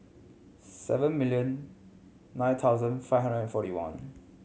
seven million nine thousand five hundred and forty one